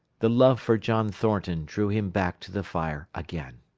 the love for john thornton drew him back to the fire again.